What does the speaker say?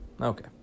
Okay